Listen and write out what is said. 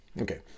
Okay